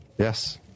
Yes